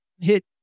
hit